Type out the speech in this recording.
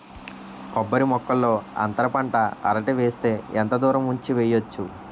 కొబ్బరి మొక్కల్లో అంతర పంట అరటి వేస్తే ఎంత దూరం ఉంచి వెయ్యొచ్చు?